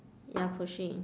ya pushing